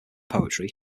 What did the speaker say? poetry